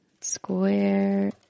Square